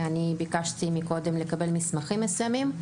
אני ביקשתי קודם לקבל מסמכים מסוימים,